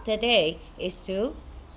the day is to